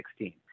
2016